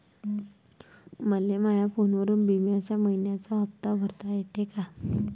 मले माया फोनवरून बिम्याचा मइन्याचा हप्ता भरता येते का?